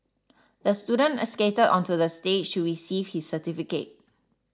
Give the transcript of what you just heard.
the student skated onto the stage to receive his certificate